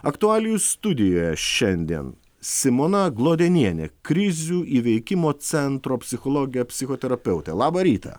aktualijų studijoje šiandien simona glodenienė krizių įveikimo centro psichologė psichoterapeutė labą rytą